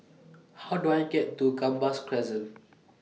How Do I get to Gambas Crescent